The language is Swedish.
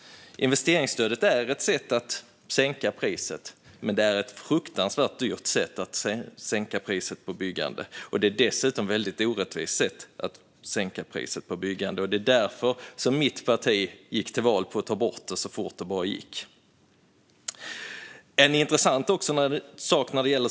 Investeringsstödet är ett sätt att sänka priset på byggande, men det är ett fruktansvärt dyrt sätt. Dessutom är det ett orättvist sätt. Därför gick mitt parti till val på att ta bort investeringsstödet så fort det bara gick.